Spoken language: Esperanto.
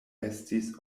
estis